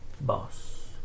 boss